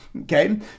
okay